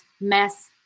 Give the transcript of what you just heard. mess